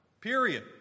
Period